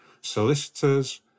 solicitors